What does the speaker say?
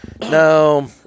no